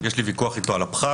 יש לי איתו ויכוח על הפחת,